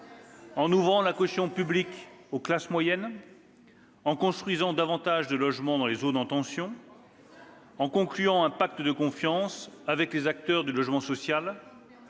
en étendant la caution publique aux classes moyennes, en construisant davantage de logements dans les zones en tension, en concluant un pacte de confiance avec les acteurs du logement social,